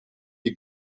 die